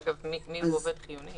אגב, מיהו עובד חיוני?